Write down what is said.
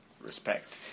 respect